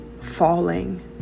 falling